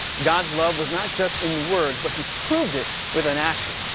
god's love was not just in words, but he proved it with an action.